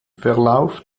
verlauf